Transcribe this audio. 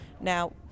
now